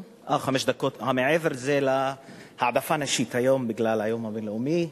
מעבר לזה העדפה נשית בגלל היום הבין-לאומי.